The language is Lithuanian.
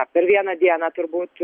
per vieną dieną turbūt